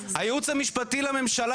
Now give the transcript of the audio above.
הייעוץ המשפטי לממשלה,